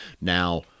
now